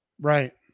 Right